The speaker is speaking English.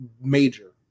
major